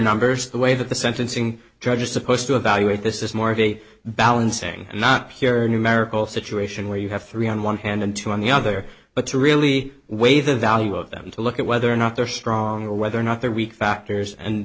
numbers the way that the sentencing judge is supposed to evaluate this is more of a balancing and not hear a numerical situation where you have three on one hand and two on the other but to really weigh the value of them to look at whether or not they're stronger whether or not they're weak factors and